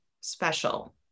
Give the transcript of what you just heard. special